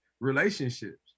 relationships